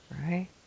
Right